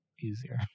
easier